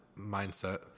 mindset